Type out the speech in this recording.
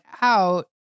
out